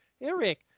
Eric